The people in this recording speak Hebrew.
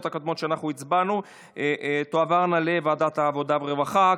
הקודמות שאנחנו הצבענו עליהן תועברנה לוועדת העבודה והרווחה,